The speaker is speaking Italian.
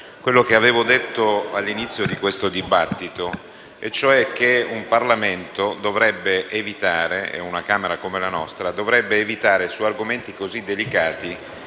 Grazie